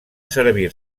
servir